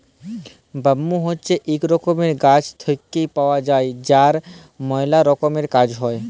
bamboo হছে ইক রকমের গাছ থেক্যে পাওয়া যায় যার ম্যালা রকমের কাজ হ্যয়